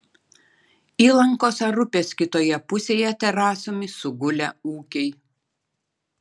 įlankos ar upės kitoje pusėje terasomis sugulę ūkiai